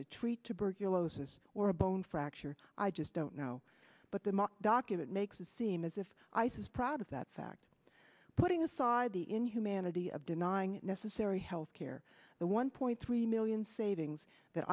to treat tuberculosis or a bone fracture i just don't know but the document makes it seem as if ice is proud of that fact putting aside the inhumanity of denying necessary health care the one point three million savings that